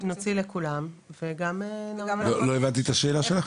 נוציא לכולן ו- -- לא הבנתי את השאלה שלך,